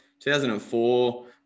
2004